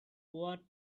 what